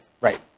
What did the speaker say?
Right